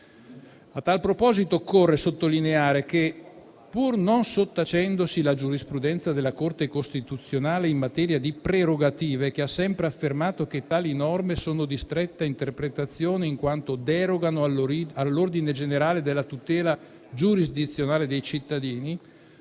A tal proposito, occorre sottolineare che, pur non sottacendosi la giurisprudenza della Corte costituzionale in materia di prerogative, che ha sempre affermato che tali norme sono di stretta interpretazione, in quanto derogano all'ordine generale della tutela giurisdizionale dei cittadini,